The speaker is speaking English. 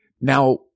Now